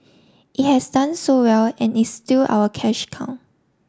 it has done so well and is still our cash cow